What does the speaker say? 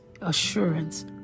assurance